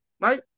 Right